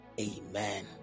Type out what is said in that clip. Amen